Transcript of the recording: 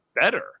better